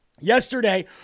Yesterday